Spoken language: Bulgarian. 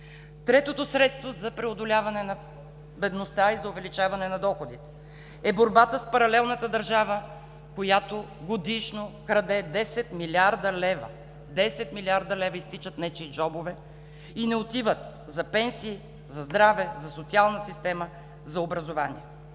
Третото средство за преодоляване на бедността и за увеличаване на доходите е борбата с паралелната държава, която годишно краде 10 млрд. лв. Десет млрд. лв. изтичат в нечии джобове и не отиват за пенсии, за здраве, за социална система, за образование!